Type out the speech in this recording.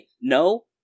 No